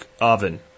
oven